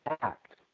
act